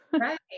Right